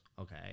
okay